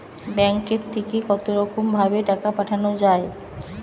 ব্যাঙ্কের থেকে কতরকম ভাবে টাকা পাঠানো য়ায়?